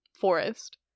forest